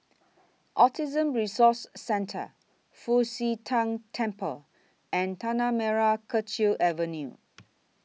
Autism Resource Centre Fu Xi Tang Temple and Tanah Merah Kechil Avenue